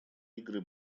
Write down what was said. игры